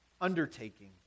undertaking